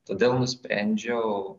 todėl nusprendžiau